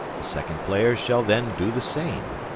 the second player shall then do the same.